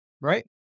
Right